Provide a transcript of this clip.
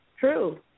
True